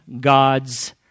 God's